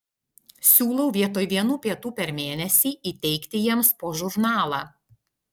siūlau vietoj vienų pietų per mėnesį įteikti jiems po žurnalą